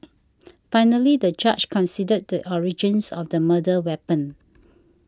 finally the judge considered the origins of the murder weapon